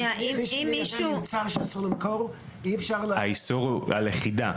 אם מישהו מייבא מוצר שאסור למכור --- האיסור הוא על לכידה,